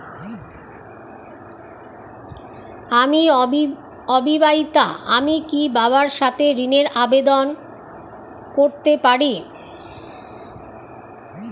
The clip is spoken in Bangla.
আমি অবিবাহিতা আমি কি বাবার সাথে ঋণের আবেদন করতে পারি?